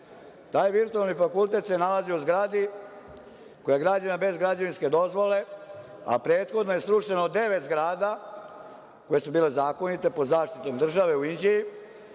Taj virtuelni fakultet se nalazi u zgradi koja je građena bez građevinske dozvole, a prethodno je srušeno devet zgrada koje su bile zakonite, pod zaštitom države u Inđiji,